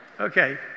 Okay